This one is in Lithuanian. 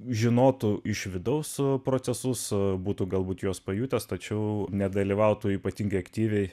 žinotų iš vidaus procesus būtų galbūt juos pajutęs tačiau nedalyvautų ypatingai aktyviai